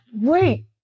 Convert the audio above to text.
Wait